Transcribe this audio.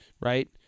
right